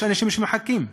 יש אנשים שמחכים.